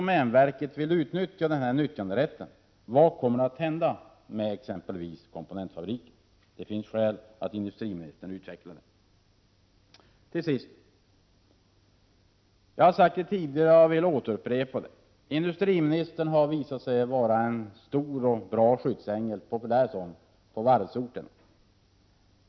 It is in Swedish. Men vad kommer att hända med exempelvis komponentfabriken, om domänverket inte vill använda denna nyttjanderätt? Det finns skäl för industriministern att utveckla detta. Till sist vill jag upprepa något som jag har sagt redan tidigare: Industriministern har visat sig vara en populär skyddsängel för varvsorterna.